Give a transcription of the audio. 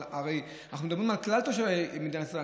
אבל אנחנו מדברים על כלל תושבי מדינת ישראל.